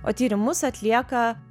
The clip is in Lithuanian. o tyrimus atlieka